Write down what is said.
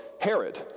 Herod